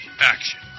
Action